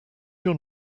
your